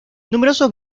numerosos